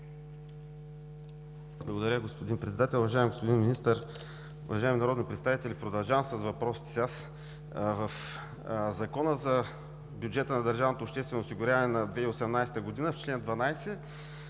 Благодаря Ви, господин Председател. Уважаеми господин Министър, уважаеми народни представители! Продължавам с въпросите си. В Закона за бюджета на държавното обществено осигуряване на 2018 г., в чл. 12